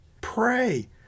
Pray